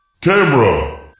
camera